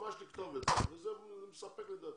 ממש לכתוב את זה וזה מספק את דעתי.